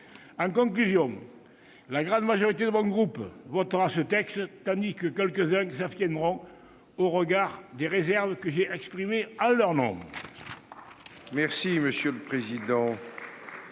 En conclusion, la grande majorité de mon groupe votera ce texte, tandis que quelques-uns s'abstiendront au regard des réserves que j'ai exprimées en leur nom.